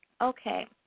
Okay